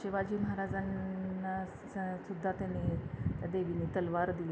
शिवाजी महाराजांना स सुद्धा त्यांनी देवीने तलवार दिली